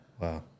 Wow